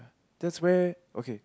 that's way okay